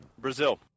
Brazil